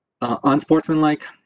unsportsmanlike